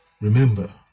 remember